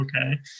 Okay